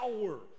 power